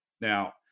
now